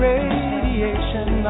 Radiation